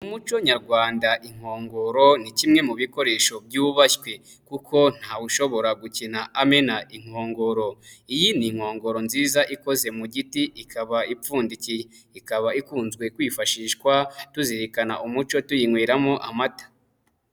Mu muco nyarwanda inkongoro ni kimwe mu bikoresho byubashywe, kuko ntawushobora gukina amena inkongoro. Iyi ni inkongoro nziza ikozwe mu giti, ikaba ipfundikiye, ikaba ikunzwe kwifashishwa tuzirikana umuco, tuyinyweramo amata.